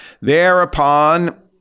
Thereupon